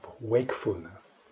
wakefulness